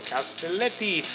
Castelletti